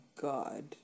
god